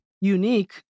unique